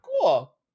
cool